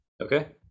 Okay